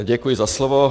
Děkuji za slovo.